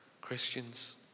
Christians